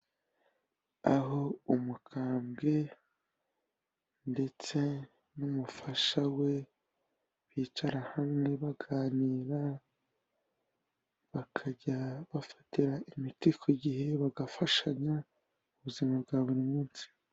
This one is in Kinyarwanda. Aho umukambwe ndetse n'umufasha we bicara hamwe baganira, bakajya bafatira imiti ku gihe bagafashanya mu buzima bwa buri munsi.